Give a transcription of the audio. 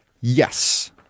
Yes